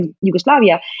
yugoslavia